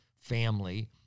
family